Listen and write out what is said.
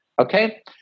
okay